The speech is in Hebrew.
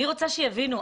אני רוצה שיבינו,